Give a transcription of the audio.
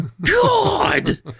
god